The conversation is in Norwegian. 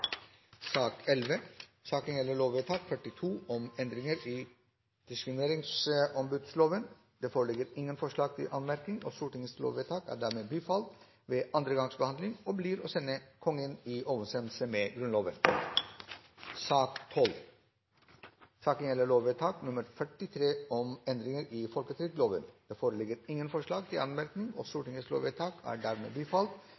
Det foreligger ingen forslag til anmerkning, og Stortingets lovvedtak er dermed bifalt ved andre gangs behandling og blir å sende Kongen i overensstemmelse med